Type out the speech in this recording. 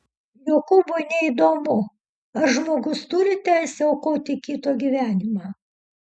jokūbui neįdomu ar žmogus turi teisę aukoti kito gyvenimą